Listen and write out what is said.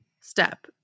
step